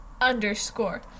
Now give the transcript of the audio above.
underscore